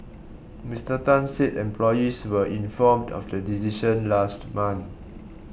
Mister Tan said employees were informed of the decision last month